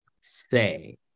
say